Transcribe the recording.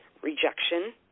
Rejection